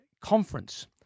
conference